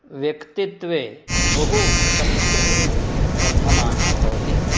व्यक्तित्वे बहु संस्कृतिः वर्धमाना भवति